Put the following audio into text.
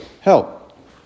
help